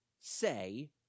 say